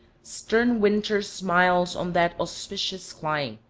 stern winter smiles on that auspicious clime,